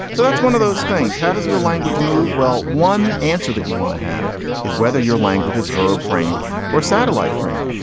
so that's one of those things. how does your language move? well, one answer that you want to have is whether your language is verb framed or satellite framed.